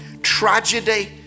tragedy